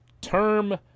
Term